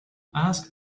ask